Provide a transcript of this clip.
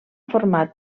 format